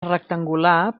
rectangular